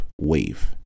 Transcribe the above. wave